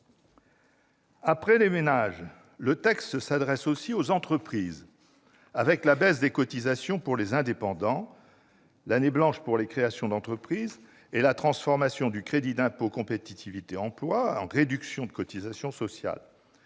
Après les ménages, le texte s'adresse aussi aux entreprises, avec la baisse des cotisations pour les indépendants, l'année blanche pour les créations d'entreprises et la transformation du crédit d'impôt pour la compétitivité et l'emploi, le CICE, en réduction de cotisations sociales.